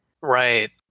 Right